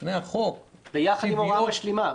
בפני החוק --- ביחד עם הוראה משלימה.